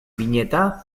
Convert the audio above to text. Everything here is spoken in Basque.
bineta